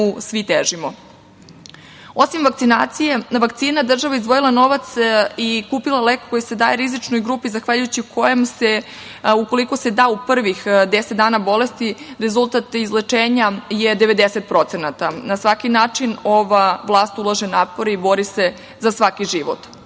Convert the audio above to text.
svi težimo. Osim vakcinacije, na vakcine, država je izdvojila novac i kupila lek koji se daje rizičnoj grupi zahvaljujući kojem se ukoliko se da u prvih deset dana bolesti rezultat izlečenja je 90%. Na svaki način ova vlast ulaže napore i bori se za svaki život. Ovim